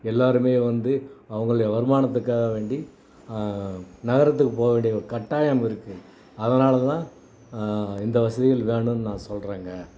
எல்லோருமே வந்து அவர்களை வருமானத்துக்காக வேண்டி நகரத்துக்கு போக வேண்டிய ஒரு கட்டாயம் இருக்குது அதனால் தான் இந்த வசதிகள் வேணுன்னு நான் சொல்கிறேங்க